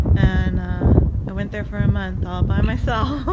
and i went there for a month all by myself,